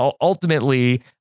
ultimately